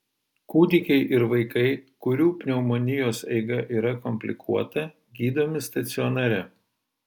kūdikiai ir vaikai kurių pneumonijos eiga yra komplikuota gydomi stacionare